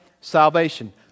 salvation